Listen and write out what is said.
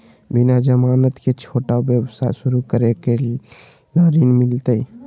बिना जमानत के, छोटा व्यवसाय शुरू करे ला ऋण मिलतई?